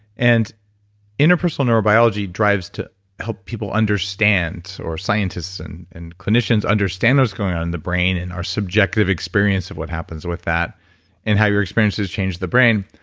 and interpersonal neurobiology drives to help people understand, or scientists and and clinicians, understand what's going on in the brain, and our subjective experience of what happens with that and how your experiences change the brain.